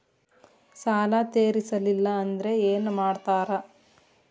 ಸಾಲ ತೇರಿಸಲಿಲ್ಲ ಅಂದ್ರೆ ಏನು ಮಾಡ್ತಾರಾ?